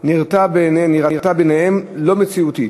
נראתה בעיניהם לא מציאותית.